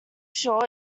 sure